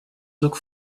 look